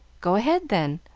go ahead, then.